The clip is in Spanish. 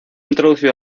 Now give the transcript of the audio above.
introducido